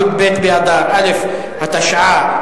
י"ב באדר א' התשע"א,